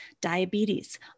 diabetes